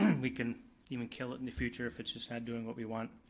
and we can even kill it in the future if it's just not doing what we want.